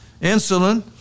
insulin